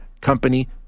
company